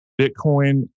Bitcoin